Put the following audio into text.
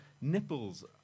nipples